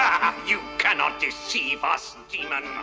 you cannot deceive us, and demon.